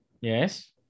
Yes